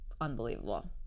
unbelievable